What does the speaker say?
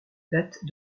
date